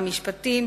משרד המשפטים,